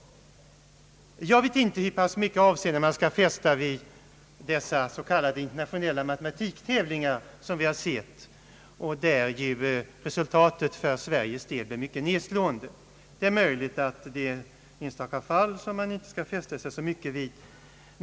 Jag vet inte hur pass stort avseende man skall fästa vid dessa s.k. internationella matematiktävlingar, där ju resultatet för Sveriges del blivit mycket nedslående. Det är möjligt att det är enstaka fall som man inte skall fästa sig så mycket vid.